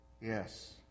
Yes